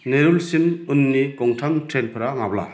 नेरुलसिम उननि गंथाम ट्रैनफोरा माब्ला